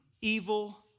evil